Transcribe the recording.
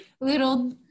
little